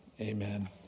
amen